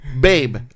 babe